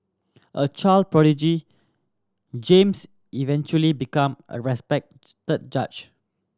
a child prodigy James eventually become a respected judge